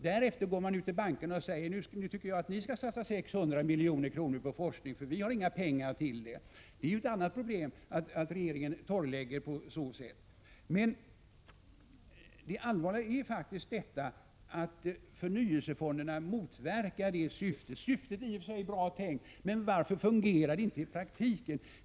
Därefter går man ut till bankerna och säger: Nu tycker vi att ni skall satsa 600 miljoner på forskning, för vi har inga pengar till det. Det är ju ett annat problem, att regeringen på så sätt torrlägger. Det allvarliga är att förnyelsefonderna motverkar sitt syfte. Syftet är i och för sig bra. Men varför fungerar det inte i praktiken?